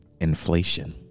Inflation